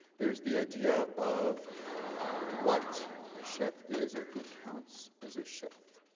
there's the idea of what a chef is, or who counts as a chef.